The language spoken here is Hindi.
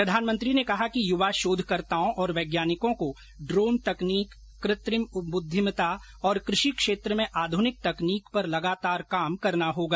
प्रधानमंत्री ने कहा कि युवा शोधकर्ताओं और वैज्ञानिकों को ड्रोन तकनीक कृत्रिम बुद्विमत्ता और कृषि क्षेत्र में आध्निक तकनीक पर लगातार काम करना होगा